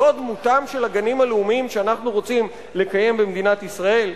זו דמותם של הגנים הלאומיים שאנחנו רוצים לקיים במדינת ישראל?